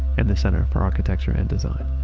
and the center for architecture and design.